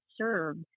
served